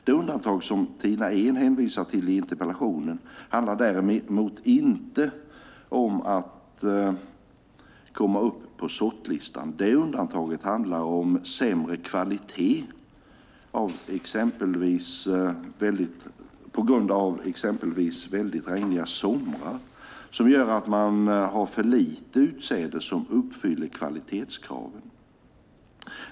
Det undantag som Tina Ehn hänvisar till i interpellationen handlar däremot inte om att komma upp på sortlistan. Det undantaget handlar om sämre kvalitet på grund av exempelvis väldigt regniga somrar som gör att man har för lite utsäde som uppfyller kvalitetskraven.